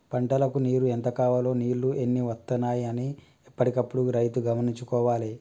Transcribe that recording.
పంటలకు నీరు ఎంత కావాలె నీళ్లు ఎన్ని వత్తనాయి అన్ని ఎప్పటికప్పుడు రైతు గమనించుకోవాలె